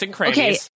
okay